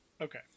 okay